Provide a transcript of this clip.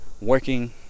working